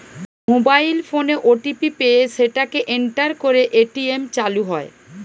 mobile ফোনে OTP পেয়ে সেটাকে এন্টার করে এ.টি.এম চালু হয়